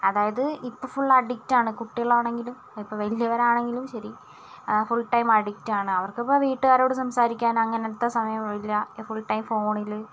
അതായത് ഇപ്പോൾ ഫുൾ അഡിക്റ്റാണ് കുട്ടികളാണെങ്കിലും ഇപ്പോൾ വലിയവർ ആണെങ്കിലും ശരി ഫുൾ ടൈം അഡിക്റ്റാണ് അവർക്ക് ഇപ്പോൾ വീട്ടുകാരോട് സംസാരിക്കാൻ അങ്ങനത്തെ സമയമില്ല ഫുൾ ടൈം ഫോണിൽ